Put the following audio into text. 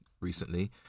recently